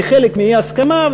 בחלק מאי-הסכמה,